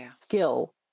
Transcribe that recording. skill